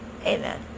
Amen